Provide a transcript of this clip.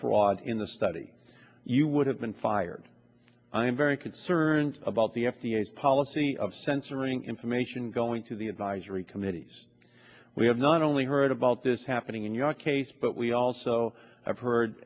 fraud in the study you would have been fired i am very concerned about the f d a its policy of censoring information going to the advisory committees we have not only heard about this happening in your case but we also have heard